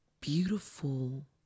beautiful